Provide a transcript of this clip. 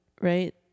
right